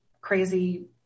crazy